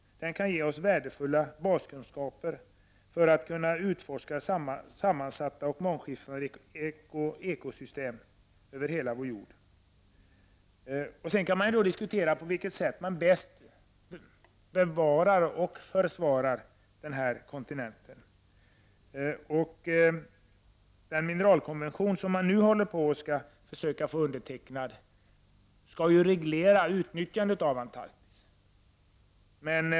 Det kan ge värdefulla baskunskaper för att vi skall kunna utforska sammansatta och mångskiftande ekosystem över hela vår jord. Sedan kan det diskuteras på vilket sätt man bäst bevarar och försvarar den här kontinenten. Den mineralkonvention som man alltså nu försöker att få undertecknad skall reglera utnyttjandet av Antarktis.